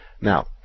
Now